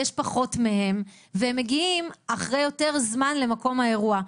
יש פחות מהם והם מגיעים אחרי יותר זמן למקום האירוע.